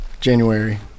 January